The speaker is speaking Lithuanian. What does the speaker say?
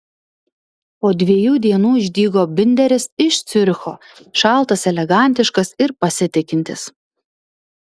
po dviejų dienų išdygo binderis iš ciuricho šaltas elegantiškas ir pasitikintis